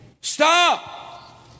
Stop